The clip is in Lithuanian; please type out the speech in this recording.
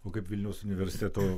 o kaip vilniaus universiteto